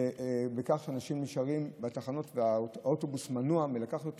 וכך אנשים נשארים בתחנות והאוטובוס מנוע מלקחת אותם.